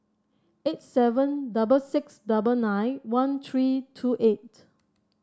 eight seven double six double nine one three two eight